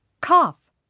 Cough